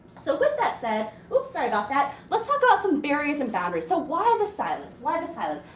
so, with that said, oops sorry about that. let's talk about some barriers and boundaries. so, why the silence? why the silence?